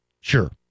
Sure